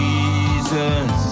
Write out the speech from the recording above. Jesus